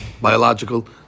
biological